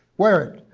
wear it,